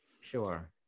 Sure